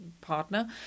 partner